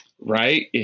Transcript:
Right